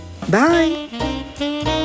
Bye